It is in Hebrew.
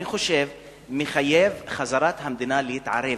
מחייב את המדינה להתערב,